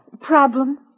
Problem